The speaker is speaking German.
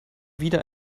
wieder